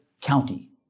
county